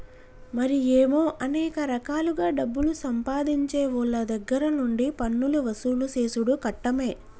మరి ఏమో అనేక రకాలుగా డబ్బులు సంపాదించేవోళ్ళ దగ్గర నుండి పన్నులు వసూలు సేసుడు కట్టమే